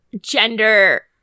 gender